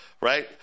right